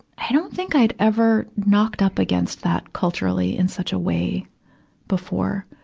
i don't think i'd ever knocked up against that culturally in such a way before.